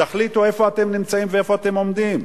תחליטו איפה אתם נמצאים ואיפה אתם עומדים.